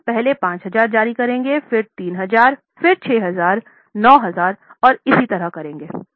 तो हम पहले 5000 जारी करें फिर 3000 फिर 6000 9000 और इसी तरह करेंगे